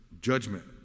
judgment